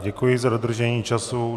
Děkuji za dodržení času.